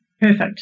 Perfect